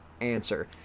answer